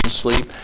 sleep